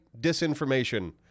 disinformation